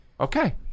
Okay